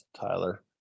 Tyler